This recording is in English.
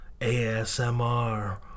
ASMR